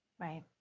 Right